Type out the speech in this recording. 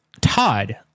Todd